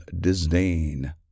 disdain